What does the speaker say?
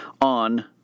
on